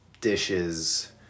dishes